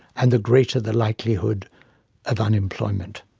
and the greater the likelihood of unemployment.